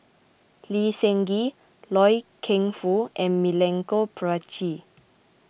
Lee Seng Gee Loy Keng Foo and Milenko Prvacki